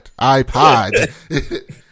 iPod